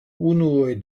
unuoj